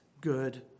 good